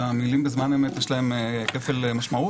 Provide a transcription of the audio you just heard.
למילים "בזמן אמת" יש כפל משמעו